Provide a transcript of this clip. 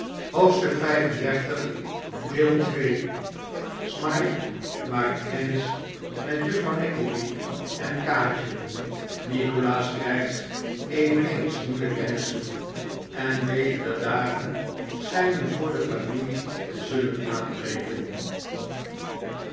hoofdstuk xxxv smike maakt kennis met juffrouw nickleby en kaatje nikolaas krijgt eveneens nieuwe kennissen en betere dagen schijnen voor de familie te zullen aanbreken